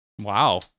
Wow